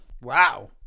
Wow